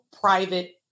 private